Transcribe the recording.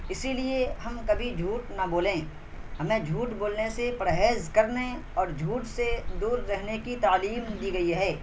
اسی لیے ہم کبھی جھوٹ نہ بولیں ہمیں جھوٹ بولنے سے پرہیز کرنے اور جھوٹ سے دور رہنے کی تعلیم دی گئی ہے